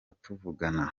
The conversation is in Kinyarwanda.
tuvugana